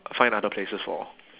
find other places for